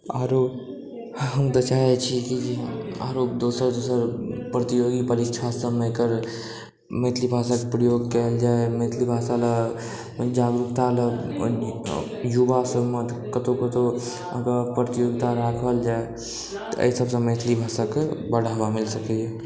आरो हम तऽ चाहै छी कि जे आरो दोसर दोसर प्रतियोगी परीक्षा सबमे एकर मैथिली भाषाक प्रयोग कएल जाय मैथिली भाषा लए जागरूकता युवा सबमे कतौ कतौ अहाँकऽ प्रतियोगिता राखल जाए तऽ अइ सबसँ मैथिली भाषा कऽ बढ़ावा मिल सकैय